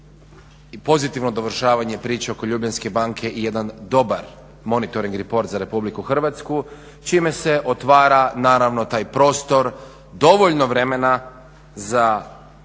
i pozitivno završavanje priče oko Ljubljanske banke i jedan dobar monitoring riport za RH čime se otvara naravno taj prostor dovoljno vremena za